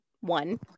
one